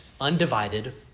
undivided